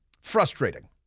Frustrating